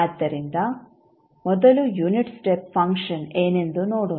ಆದ್ದರಿಂದ ಮೊದಲು unit step function ಏನೆಂದು ನೋಡೋಣ